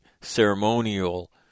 ceremonial